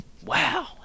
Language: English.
Wow